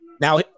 now